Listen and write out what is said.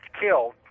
killed